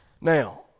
Now